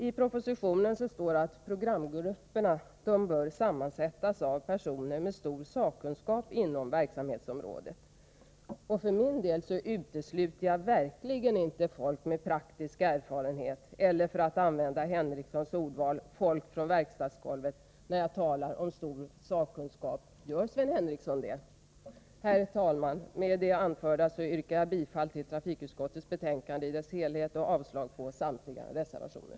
I propositionen står det att programgrupperna bör sammansättas av personer med stor sakkunskap inom verksamhetsområdet. För min del utesluter jag verkligen inte folk med praktisk erfarenhet eller — för att använda Henricssons ordval — folk från verkstadsgolvet när jag talar om stor sakkunskap. Gör Sven Henricsson det? Herr talman! Med det anförda yrkar jag bifall till trafikutskottets hemställan i dess helhet och avslag på samtliga reservationer.